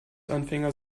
anfänger